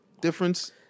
difference